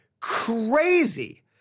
crazy